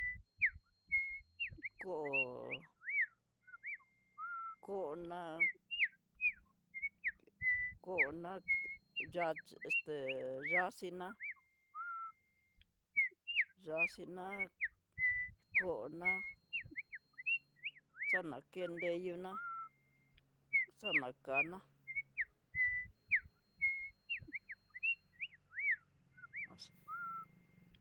Kóo kóna, kóna yá este yaxhiná, kóo ná yaxhiná, xana kén deyuná, xana kana'a no sé.